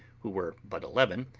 who were but eleven,